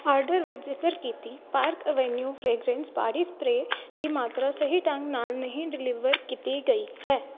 order ਵਿੱਚ ਜ਼ਿਕਰ ਕੀਤੀ Park Avenue fragrance body spray ਦੀ ਮਾਤਰਾ ਸਹੀ ਢੰਗ ਨਾਲ ਨਹੀਂ ਡਿਲੀਵਰ ਕੀਤੀ ਗਈ ਹੈ